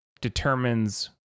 determines